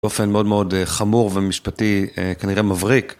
באופן מאוד מאוד חמור ומשפטי כנראה מבריק.